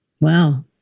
Wow